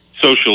Social